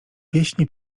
pieśni